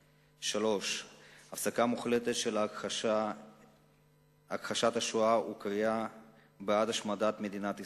3. הפסקה מוחלטת של הכחשת השואה ושל הקריאה בעד השמדת מדינת ישראל,